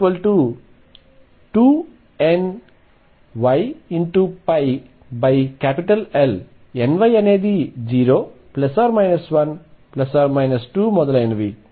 అదేవిధంగా k22nyL ny0±1±2 మొదలైనవి